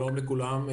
שלום לכולם,